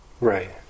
Right